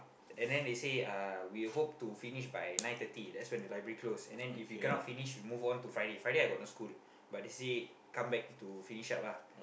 and then they say uh we hope to finish by nine thirty that's when the library close and then if we cannot finish we move on to Friday Friday I got no school but they say come back to finish up ah